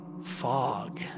fog